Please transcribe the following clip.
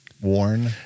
worn